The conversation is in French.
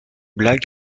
blagues